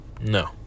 No